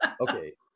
Okay